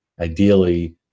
ideally